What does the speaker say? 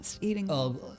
Eating